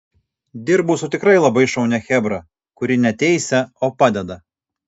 dirbu su tikrai labai šaunia chebra kuri ne teisia o padeda